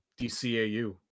DCAU